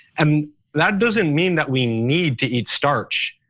um that doesn't mean that we need to eat starch,